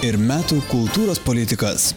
ir metų kultūros politikas